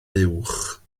uwch